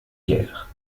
guerres